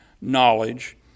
knowledge